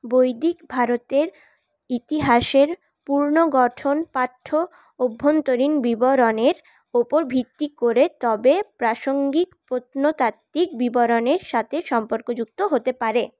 বৈদিক ভারতের ইতিহাসের পুনর্গঠন পাঠ্য অভ্যন্তরীণ বিবরণের উপর ভিত্তি করে তবে প্রাসঙ্গিক প্রত্নতাত্ত্বিক বিবরণের সাথে সম্পর্কযুক্ত হতে পারে